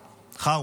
חוא.